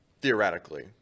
theoretically